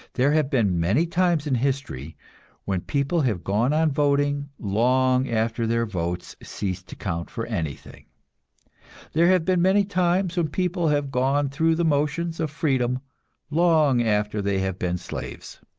there have been many times in history when people have gone on voting, long after their votes ceased to count for anything there have been many times when people have gone through the motions of freedom long after they have been slaves.